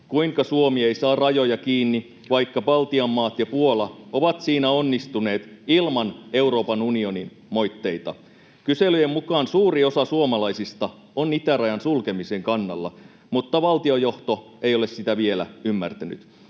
kuinka Suomi ei saa rajoja kiinni, vaikka Baltian maat ja Puola ovat siinä onnistuneet ilman Euroopan unionin moitteita. Kyselyjen mukaan suuri osa suomalaisista on itärajan sulkemisen kannalla, mutta valtiojohto ei ole sitä vielä ymmärtänyt.